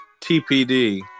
TPD